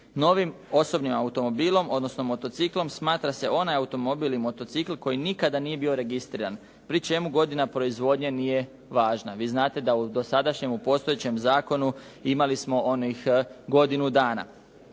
Novim osobnim automobilom odnosno motociklom smatra se onaj automobil i motocikl koji nikada nije bio registriran, pri čemu godina proizvodnje nije važna. Vi znate da u dosadašnjemu, postojećem zakonu imali smo onih godinu dana.